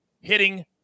hitting